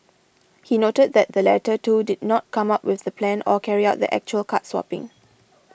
he noted that the latter two did not come up with the plan or carry out the actual card swapping